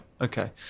Okay